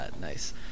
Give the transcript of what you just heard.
nice